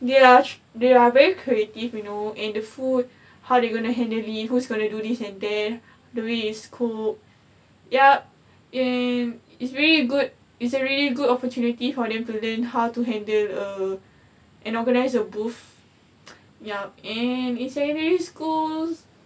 they are they are very creative you know and the food how they gonna handle it who's gonna do this and that the way it's cooked yup and it's very good it's a really good opportunity for them to learn how to handle a and organize a booth yup and in secondary schools